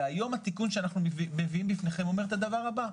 והיום התיקון שאנחנו מביאים בפניכם אומר את הדבר הבא: